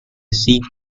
seek